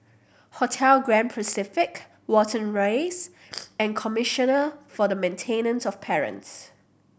Hotel Grand Pacific Watten Rise and Commissioner for the Maintenance of Parents